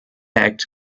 act